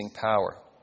power